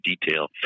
detail